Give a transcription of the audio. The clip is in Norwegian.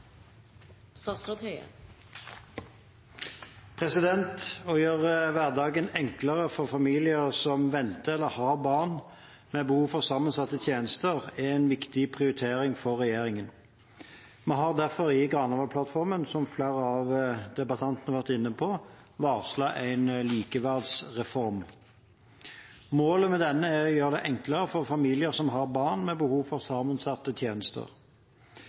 Å gjøre hverdagen enklere for familier som venter eller har barn med behov for sammensatte tjenester, er en viktig prioritet for regjeringen. Vi har derfor i Granavolden-plattformen, som flere av debattantene har vært inne på, varslet en likeverdsreform. Målet med denne er å gjøre det enklere for familier som har barn med behov for sammensatte tjenester.